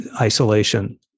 isolation